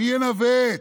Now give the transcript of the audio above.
מי ינווט?